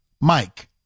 Mike